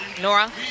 Nora